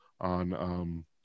on